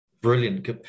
brilliant